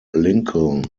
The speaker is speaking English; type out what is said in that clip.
lincoln